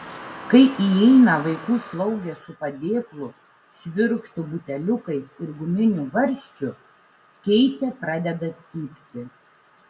kai įeina vaikų slaugė su padėklu švirkštu buteliukais ir guminiu varžčiu keitė pradeda cypti